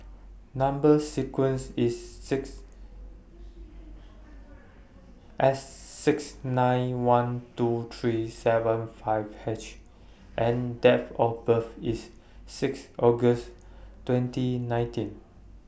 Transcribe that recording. Number sequence IS S six nine one two three seven five H and Date of birth IS six August twenty nineteen